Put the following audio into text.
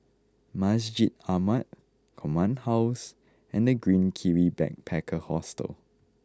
Masjid Ahmad Command House and The Green Kiwi Backpacker Hostel